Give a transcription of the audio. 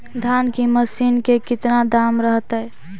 धान की मशीन के कितना दाम रहतय?